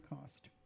cost